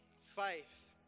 faith